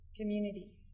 community